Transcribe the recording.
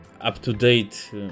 up-to-date